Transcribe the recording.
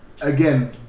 again